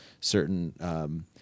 certain